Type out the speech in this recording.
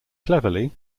cleverly